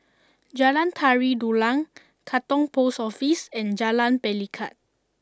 Jalan Tari Dulang Katong Post Office and Jalan Pelikat